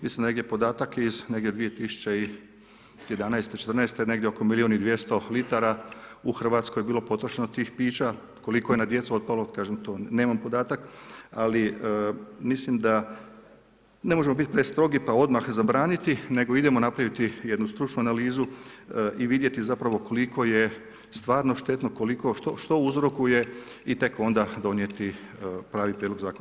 Mislim da je negdje podatak iz negdje 2011./2014. negdje oko milijun i 200 litara u Hrvatskoj je bilo potrošeno tih pića, koliko je na djecu otpalo, kažem to nemam podatak, ali mislim da ne možemo biti prestrogi pa odmah zabraniti, nego idemo napraviti jednu stručnu analizu pa vidjeti zapravo koliko je stvarno štetno, što uzrokuje i tek onda donijeti pravi prijedlog zakona.